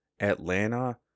Atlanta